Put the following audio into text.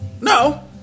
No